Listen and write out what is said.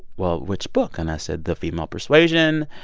well, which book? and i said, the female persuasion.